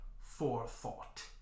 forethought